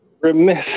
remiss